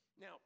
Now